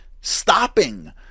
stopping